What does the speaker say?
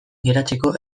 geratzeko